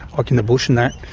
like in the bush and that,